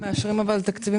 אנחנו מאשרים תקציבים.